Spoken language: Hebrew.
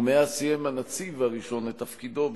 ומאז סיים הנציב הראשון את תפקידו,